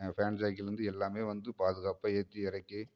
fan சைக்கிள்லேந்து எல்லாமே வந்து பாதுகாப்பாக ஏற்றி இறக்கி